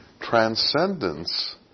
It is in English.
Transcendence